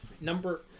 Number